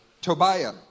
Tobiah